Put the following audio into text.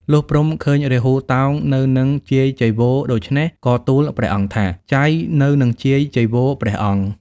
លុះព្រហ្មឃើញរាហូតោងនៅនឹងជាយចីវរដូច្នោះ ក៏ទូលព្រះអង្គថា "ចៃនៅនឹងជាយចីវរព្រះអង្គ"។